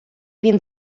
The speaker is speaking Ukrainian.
він